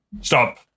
Stop